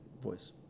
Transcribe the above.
voice